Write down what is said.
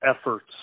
efforts